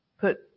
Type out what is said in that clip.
put